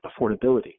affordability